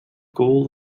goal